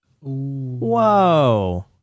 Whoa